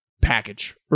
Package